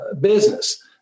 business